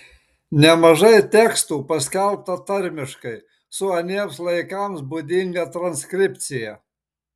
nemažai tekstų paskelbta tarmiškai su aniems laikams būdinga transkripcija